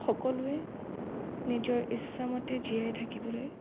সকলোৱে নিজৰ ইচ্ছামতে জীয়াই থাকিবলৈ